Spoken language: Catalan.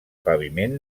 paviment